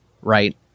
right